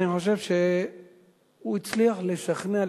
אני חושב שהוא הצליח לשכנע,